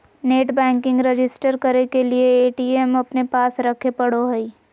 net banking register करे के लिए ए.टी.एम अपने पास रखे पड़ो हइ